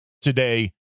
today